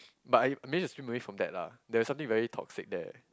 but I manage to stream away from that lah there is something very toxic there